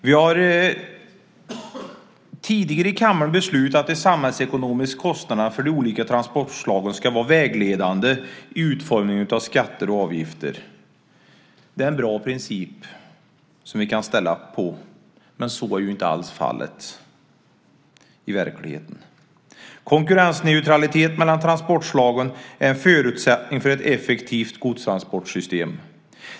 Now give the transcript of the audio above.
Vi har tidigare i kammaren beslutat att de samhällsekonomiska kostnaderna för de olika transportslagen ska vara vägledande i utformningen av skatter och avgifter. Det är en bra princip som vi kan ställa upp på, men så är ju inte alls fallet i verkligheten. Konkurrensneutralitet mellan transportslagen är en förutsättning för ett effektivt godstransportsystem.